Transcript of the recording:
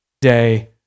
day